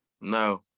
No